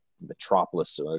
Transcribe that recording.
metropolis